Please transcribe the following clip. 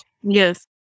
Yes